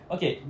Okay